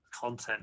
content